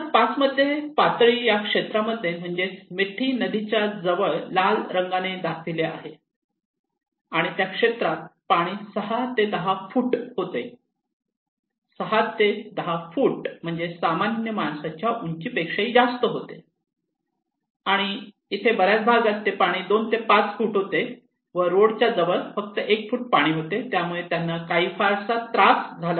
2005 मध्ये पातळी या क्षेत्रामध्ये म्हणजेच मिठी नदीच्या जवळ लाल रंगाने दाखवले आहे आणि त्या क्षेत्रात पाणी 6 ते 10 फूट होते 6 ते 10 फूट म्हणजे सामान्य माणसाच्या उंचीपेक्षाही जास्त होते आणि इथे बऱ्याच भागात ते पाणी 2 ते 5 फूट होते व रोड च्या जवळ फक्त 1 फूट पाणी होते त्यामुळे त्यांना फार काही त्रास झाला नाही